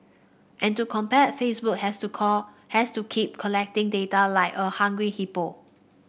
and to compete Facebook has to call has to keep collecting data like a hungry hippo